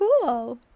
cool